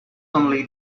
only